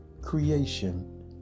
creation